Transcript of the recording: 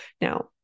Now